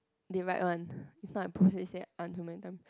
they write one it's not I pull say say undermine them